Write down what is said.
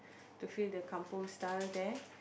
to feel the Kampung style there